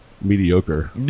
mediocre